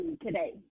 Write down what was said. today